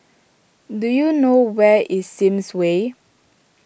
do you know where is Sims Way